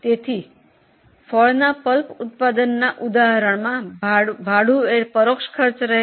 તેથી ફળના પલ્પ ઉત્પાદનના ઉદાહરણમાં ભાડું પરોક્ષ ખર્ચ છે